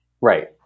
Right